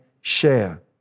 share